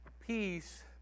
peace